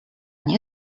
nie